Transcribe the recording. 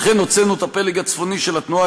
לכן הוצאנו את הפלג הצפוני של התנועה